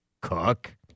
Cook